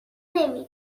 نمی